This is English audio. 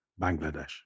Bangladesh